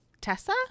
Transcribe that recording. Tessa